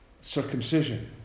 circumcision